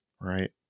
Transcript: right